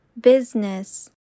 business